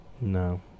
No